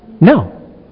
No